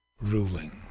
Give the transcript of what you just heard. ruling